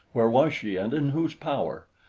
where was she, and in whose power?